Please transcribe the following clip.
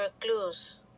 clues